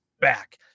back